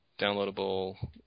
downloadable